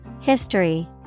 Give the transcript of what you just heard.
History